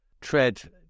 tread